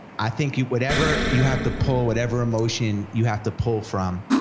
i think you, whatever you have to pull, whatever emotion you have to pull from,